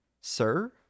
Sir